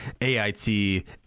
AIT